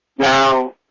Now